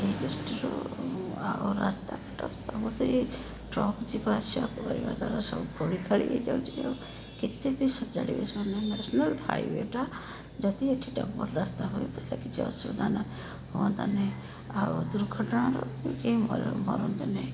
ଏହି ଦୃଷ୍ଟିରୁ ଆଉ ରାସ୍ତା ଘାଟ ସବୁ ଦେଇ ଟ୍ରକ ଯିବା ଆସିବା କରିବା ଦ୍ୱାରା ସବୁ ଖୋଳି ଖାଳି ହେଇଯାଉଛି ଆଉ କେତେ ବି ସଜାଡ଼ିବେ ସେମାନେ ନ୍ୟାସନାଲ ହାଇୱେଟା ଯଦି ଏଇଠି ଡବଲ ରାସ୍ତା ହୁଏ ତାହେଲେ କିଛି ଅସୁବିଧା ନାହିଁ ହୁଅନ୍ତା ନାହିଁ ଆଉ ଦୁର୍ଘଟଣାରୁ କେହି ମର ମରନ୍ତେନି